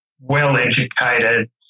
well-educated